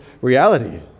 reality